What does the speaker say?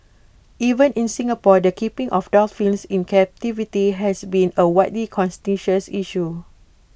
even in Singapore the keeping of dolphins in captivity has been A widely contentious issue